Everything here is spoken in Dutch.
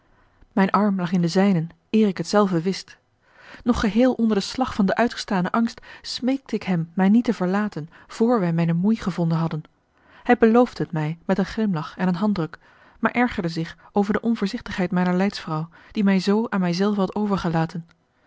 mijn arm lag in den zijnen eer ik het zelve wist nog geheel onder den slag van den uitgestanen angst smeekte ik hem mij niet te verlaten vr wij mijne moei gevonden hadden hij beloofde het mij met een glimlach en een handdruk maar ergerde zich over de onvoorzichtigheid mijner leidsvrouw die mij z aan mij zelve had overgelaten